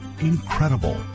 Incredible